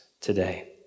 today